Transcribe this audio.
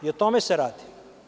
O tome se radi.